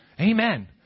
Amen